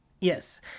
Yes